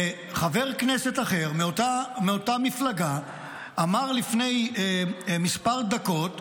וחבר כנסת אחר מאותה מפלגה אמר לפני כמה דקות,